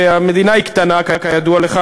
והמדינה היא קטנה, כידוע לך.